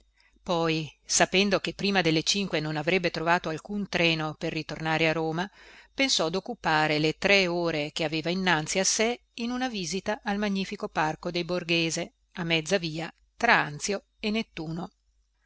poi sapendo che prima delle cinque non avrebbe trovato alcun treno per ritornare a roma pensò doccupare le tre ore che aveva innanzi a sé in una visita al magnifico parco dei borghese a mezza via tra anzio e nettuno